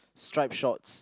stripe shorts